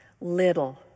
Little